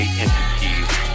entities